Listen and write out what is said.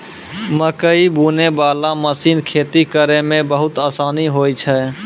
मकैइ बुनै बाला मशीन खेती करै मे बहुत आसानी होय छै